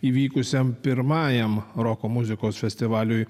įvykusiam pirmajam roko muzikos festivaliui